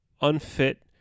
unfit